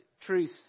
truth